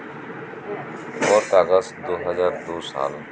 ᱠᱷᱚᱵᱚᱨ ᱠᱟᱜᱚᱡᱽ ᱫᱩᱦᱟᱡᱟᱨ ᱫᱩ ᱥᱟᱞ